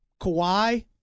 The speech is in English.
Kawhi